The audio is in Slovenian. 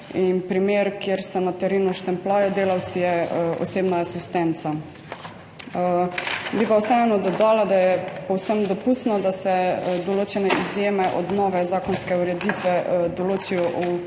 In primer, kjer se delavci štempljajo na terenu, je osebna asistenca. Bi pa vseeno dodala, da je povsem dopustno, da se določene izjeme od nove zakonske ureditve določijo v področni